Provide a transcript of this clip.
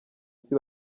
isi